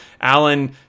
Alan